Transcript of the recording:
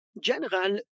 general